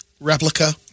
replica